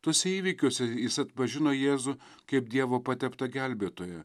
tuose įvykiuose jis atpažino jėzų kaip dievo pateptą gelbėtoją